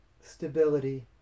stability